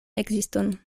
ekziston